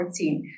2014